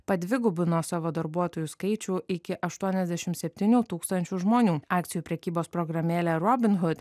padvigubino savo darbuotojų skaičių iki aštuoniasdešimt septynių tūkstančių žmonių akcijų prekybos programėlę robinui hudui